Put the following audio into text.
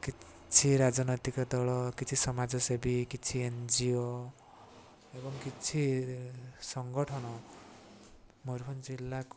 କିଛି ରାଜନୈତିକ ଦଳ କିଛି ସମାଜସେବୀ କିଛି ଏନ ଜି ଓ ଏବଂ କିଛି ସଂଗଠନ ମୟୂରଭଞ୍ଜ ଜିଲ୍ଲାକୁ